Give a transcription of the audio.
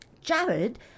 Jared